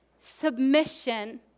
submission